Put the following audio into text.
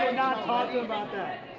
not talking about